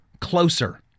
closer